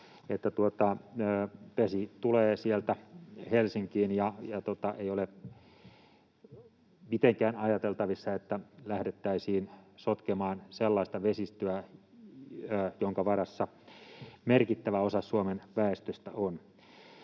vesi Helsinkiin ja ei ole mitenkään ajateltavissa, että lähdettäisiin sotkemaan sellaista vesistöä, jonka varassa merkittävä osa Suomen väestöstä on.